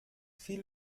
fiel